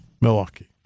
Milwaukee